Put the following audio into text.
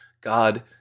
God